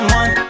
one